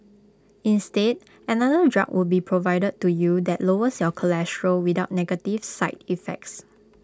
instead another drug would be provided to you that lowers your cholesterol without negative side effects